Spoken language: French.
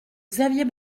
xavier